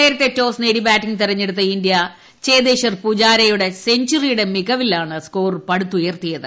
നേരത്തെ ടോസ് നേടി ബാറ്റിംഗ് തെരഞ്ഞെടുത്ത ഇന്ത്യ ചേതേശ്വർ പൂജാരയുടെ സെഞ്ചറിയുടെ മികവിലാണ് സ്കോർ പടുത്തുയർത്തിയത്